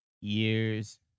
years